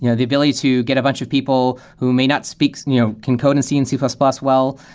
you know the ability to get a bunch of people who may not speak you know can code in and c and c plus plus well.